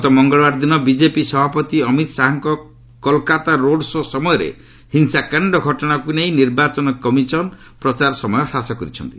ଗତ ମଙ୍ଗଳବାର ଦିନ ବିଜେପି ସଭାପତି ଅମିତ୍ ଶାହାଙ୍କ କଲ୍କାତାରେ ରୋଡ୍ ଶୋ' ସମୟରେ ହିଂସାକାଣ୍ଡ ଘଟଣାକୁ ନେଇ ନିର୍ବାଚନ କମିଶନ ପ୍ରଚାର ସମୟ ହ୍ରାସ କରିଛନ୍ତି